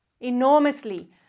enormously